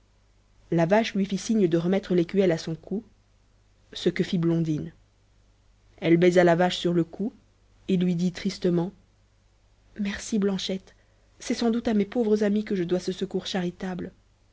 la vache lui fit signe de remettre l'écuelle à son cou ce que fit blondine elle baisa la vache sur le cou et lui dit tristement merci blanchette c'est sans doute à mes pauvres amis que je dois ce secours charitable